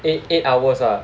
eight eight hours ah